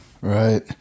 Right